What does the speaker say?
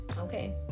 okay